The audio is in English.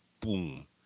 boom